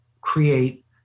create